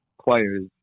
players